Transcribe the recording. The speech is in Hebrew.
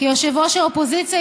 כיושב-ראש האופוזיציה,